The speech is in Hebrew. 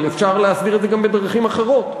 אבל אפשר להסדיר את זה גם בדרכים אחרות.